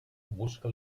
busca